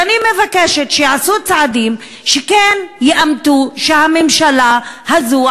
אז אני מבקשת שייעשו צעדים שיאמתו שהממשלה הזאת,